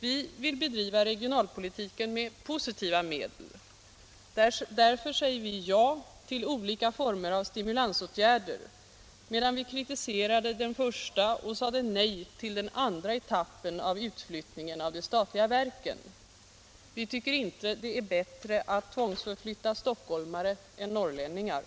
Vi vill bedriva regionalpolitiken med positiva medel. Därför säger vi ja till olika former av stimulansåtgärder, medan vi kritiserade den första och sade nej till den andra etappen av utflyttningen av de statliga verken. Vi tycker inte det är bättre att tvångsflytta stockholmare än norrlänningar.